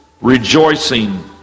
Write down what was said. rejoicing